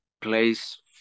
place